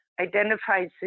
identifies